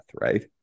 right